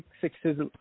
sixes